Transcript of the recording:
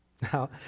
Now